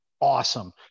awesome